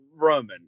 Roman